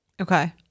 Okay